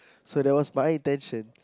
so that was my intention